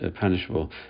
punishable